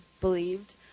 believed